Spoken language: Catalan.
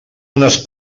unes